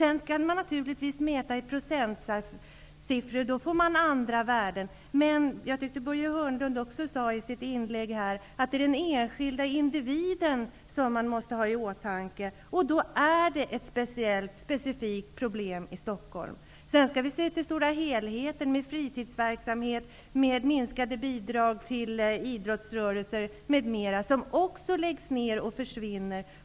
Om man talar om procentsatser får man naturligtvis andra värden. Men Börje Hörnlund sade i sitt inlägg att man måste ha den enskilde individen i åtanke. Det är då ett specifikt problem i Man måste också se till helheten med minskade bidrag till fritidsverksamhet och idrottsrörelser m.m. Sådana verksamheter läggs ner och försvinner.